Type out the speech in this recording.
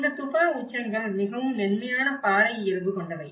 இந்த துஃபா உச்சங்கள் மிகவும் மென்மையான பாறை இயல்பு கொண்டவை